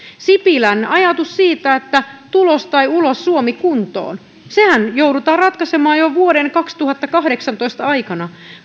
sipilän ajatus tulos tai ulos suomi kuntoon sehän joudutaan ratkaisemaan jo vuoden kaksituhattakahdeksantoista aikana